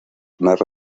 narra